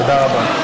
תודה רבה.